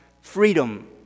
freedom